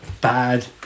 bad